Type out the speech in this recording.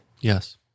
Yes